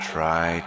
Try